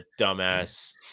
dumbass